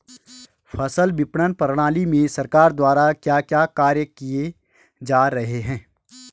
फसल विपणन प्रणाली में सरकार द्वारा क्या क्या कार्य किए जा रहे हैं?